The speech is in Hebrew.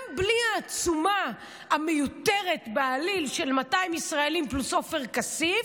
גם בלי העצומה המיותרת בעליל של 200 ישראלים פלוס עופר כסיף,